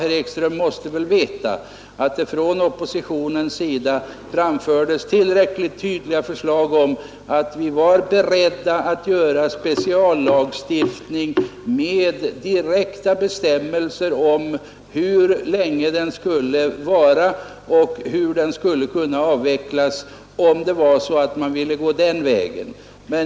Herr Ekström måste väl veta att det från oppositionens sida tydligt och klart framfördes att vi var beredda att förhandla om speciallagstiftning med direkta bestämmelser om hur länge momssänkningen skulle vara i kraft och hur den skulle avvecklas, om det var så att man ville gå den vägen.